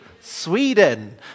Sweden